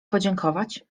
podziękować